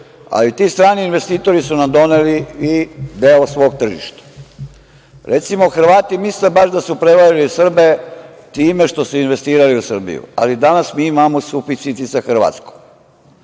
ali ti strani investitori su nam doneli i deo svog tržišta. Recimo, Hrvati misle baš da su prevarili Srbe time što su investirali u Srbiju, ali danas mi imao suficit i sa Hrvatskom. Ako